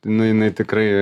nu jinai tikrai